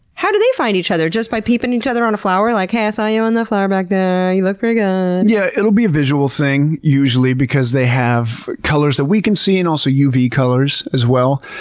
how do they find each other? just by peeping each other on a flower. like, hey, i saw you on the flower back there. you looked pretty good. yeah, it'll be a visual thing usually because they have colors that we can see and also uv colors as well.